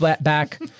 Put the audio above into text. back